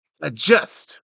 adjust